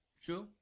sure